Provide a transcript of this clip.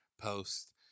post